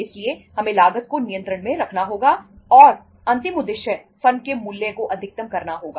इसलिए हमें लागत को नियंत्रण में रखना होगा और अंतिम उद्देश्य फर्म के मूल्य को अधिकतम करना होगा